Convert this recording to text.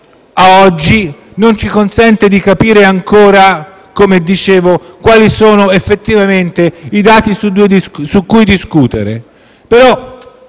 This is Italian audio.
ad oggi, non ci consente di capire ancora quali siano effettivamente i dati su cui discutere.